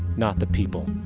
not the people.